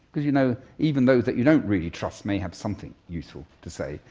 you know even those that you don't really trust may have something useful to say,